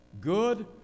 good